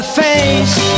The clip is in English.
face